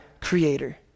creator